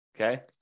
Okay